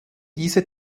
diese